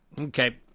Okay